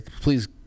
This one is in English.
please